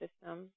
system